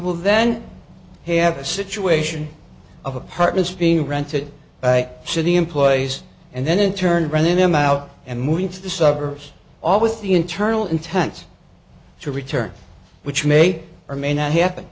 will then have a situation of apartments being rented by city employees and then in turn running them out and moving to the suburbs all with the internal intents to return which may or may not happen